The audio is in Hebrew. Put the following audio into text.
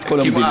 כמעט כל המדינה.